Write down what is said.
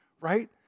right